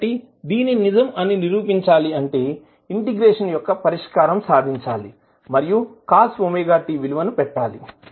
కాబట్టి దీనిని నిజం అని నిరూపించాలి అంటే ఇంటిగ్రేషన్ యొక్క పరిష్కారం సాధించాలి మరియు cos ωt విలువని పెట్టాలి